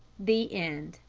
the end.